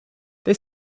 they